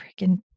Freaking